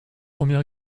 première